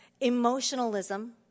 Emotionalism